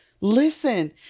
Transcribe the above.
listen